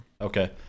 Okay